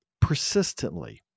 persistently